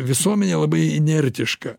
visuomenė labai inertiška